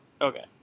okay